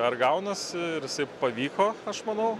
ar gaunasi jisai pavyko aš manau